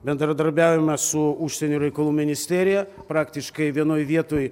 bendradarbiaujame su užsienio reikalų ministerija praktiškai vienoj vietoj